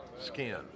skin